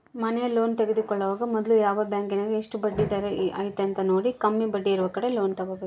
ಮನೆಯ ಲೋನ್ ತೆಗೆದುಕೊಳ್ಳುವಾಗ ಮೊದ್ಲು ಯಾವ ಬ್ಯಾಂಕಿನಗ ಎಷ್ಟು ಬಡ್ಡಿದರ ಐತೆಂತ ನೋಡಿ, ಕಮ್ಮಿ ಬಡ್ಡಿಯಿರುವ ಕಡೆ ಲೋನ್ ತಗೊಬೇಕು